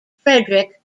frederick